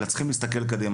אלא צריכים להסתכל קדימה.